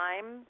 time